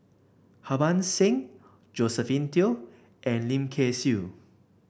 Harbans Singh Josephine Teo and Lim Kay Siu